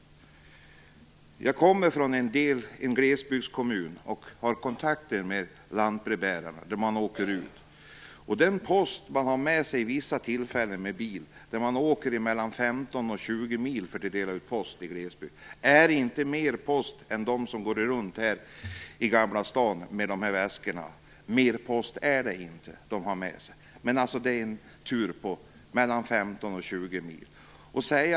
Jag kommer från en glesbygdskommun och har kontakter med lantbrevbärarna när de åker ut. Den post som de har med sig vid vissa tillfällen med bil, där de åker 15-20 mil för att dela ut post i glesbygd, är inte mer post än för dem som går runt i Gamla stan med väskor. Mer post är det inte de har med sig. Men det är en tur på 15-20 mil.